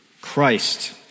Christ